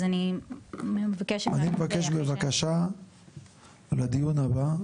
אז אני מבקשת --- אני מבקש בבקשה לדיון הבא,